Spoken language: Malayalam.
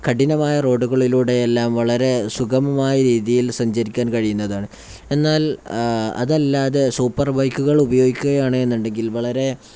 കഠിനമായ റോഡുകളിലൂടെയെല്ലാം വളരെ സുഗമമായ രീതിയിൽ സഞ്ചരിക്കാൻ കഴിയുന്നതാണ് എന്നാൽ അതല്ലാതെ സൂപ്പർ ബൈക്കുകൾ ഉപയോഗിക്കുകയാണെന്നുണ്ടെങ്കിൽ വളരെ